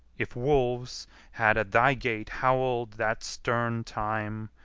if wolves had at thy gate howl'd that stern time,